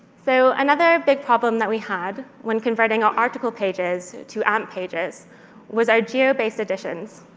so another big problem that we had when converting our article pages to amp pages was our geo based editions.